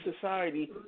society